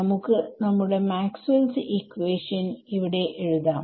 നമുക്ക് നമ്മുടെ Maxwell's equation equation ഇവിടെ എഴുതാം